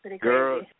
Girl